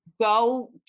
go